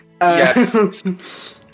Yes